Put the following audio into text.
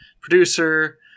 producer